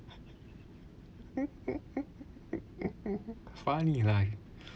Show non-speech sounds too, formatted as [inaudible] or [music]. [laughs] funny lah